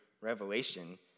Revelation